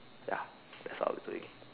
ya that's how I'd do it